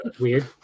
weird